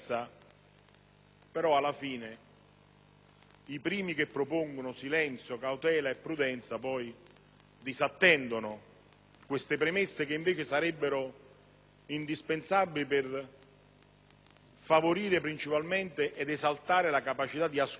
i primi che propongono silenzio, cautela e prudenza poi disattendono queste premesse che invece sarebbero indispensabili principalmente per favorire ed esaltare la capacità di ascolto nel confronto.